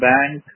Bank